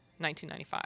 1995